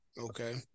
Okay